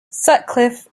sutcliffe